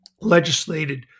legislated